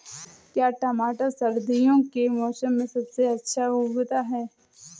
क्या टमाटर सर्दियों के मौसम में सबसे अच्छा उगता है?